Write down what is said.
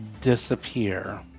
disappear